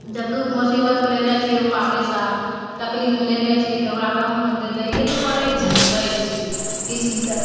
जब दुख मुसीबतमे लेने छिए रुपा पइसा तकलीफमे लेने छिए तऽ ओकरा कहुना दैए ने पड़ै छै दै छी किसी तरह